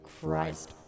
Christ